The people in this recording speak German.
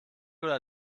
oder